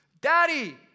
Daddy